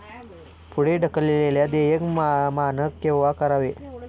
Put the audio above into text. पुढे ढकललेल्या देयचे मानक केव्हा करावे?